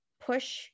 push